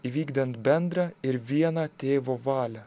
įvykdant bendrą ir vieną tėvo valią